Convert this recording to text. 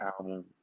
album